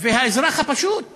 והאזרח הפשוט נפגע.